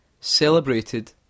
celebrated